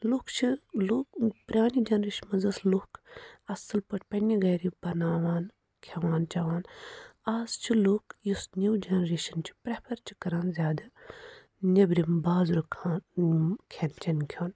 لوٗکھ چھِ لوٗکھ پرٛانہِ جَنٛریشنہِ منٛز ٲسۍ لوٗکھ اَصٕل پٲٹھۍ پَنٕنہِ گرِ بَناوان کھؠوان چؠوان اَز چھُ لوٗکھ یُس نِیو جَنٛریشَن چھِ پرٛؠفَر چھِ کَران زیادٕ نیٚبرِم بازرُک کھا کھؠن چؠن کھؠون